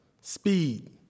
speed